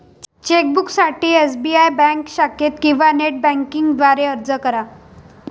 चेकबुकसाठी SBI bank शाखेत किंवा नेट बँकिंग द्वारे अर्ज करा